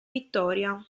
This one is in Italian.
vittoria